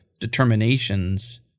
determinations